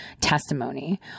testimony